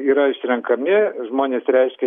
yra išrenkami žmonės reiškia